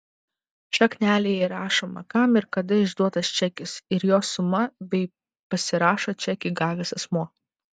šaknelėje įrašoma kam ir kada išduotas čekis ir jo suma bei pasirašo čekį gavęs asmuo